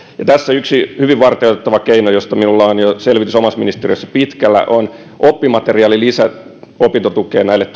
tässä yksi hyvin varteenotettava keino josta minulla on jo selvitys omassa ministeriössäni pitkällä on oppimateriaalilisä opintotukeen näille